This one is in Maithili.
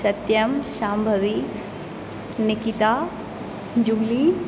सत्यम साम्भवी निकिता जूही